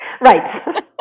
Right